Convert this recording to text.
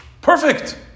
perfect